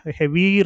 heavy